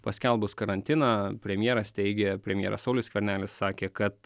paskelbus karantiną premjeras teigė premjeras saulius skvernelis sakė kad